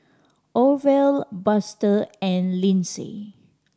Orvel Buster and Lynsey